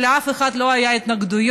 לאף אחד לא היו התנגדויות.